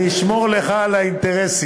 אני אשמור לך על האינטרסים.